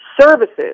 services